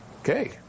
Okay